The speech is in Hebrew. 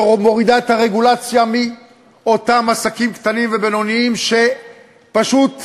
שמורידה את הרגולציה מאותם עסקים קטנים ובינוניים שפשוט מתרסקים.